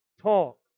talk